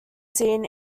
seen